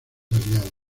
aliados